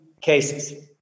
cases